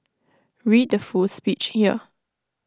read the full speech here